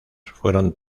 fueron